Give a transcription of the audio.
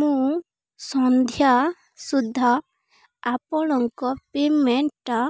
ମୁଁ ସନ୍ଧ୍ୟା ସୁଦ୍ଧା ଆପଣଙ୍କ ପେମେଣ୍ଟଟା